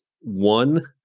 one